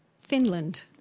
Finland